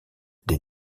des